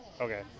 Okay